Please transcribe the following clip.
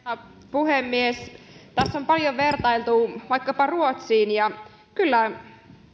puhemies tässä on paljon vertailtu vaikkapa ruotsiin